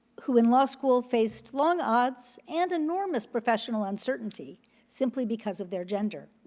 who in law school faced long odds and enormous professional uncertainty simply because of their gender.